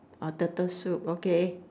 orh turtle soup okay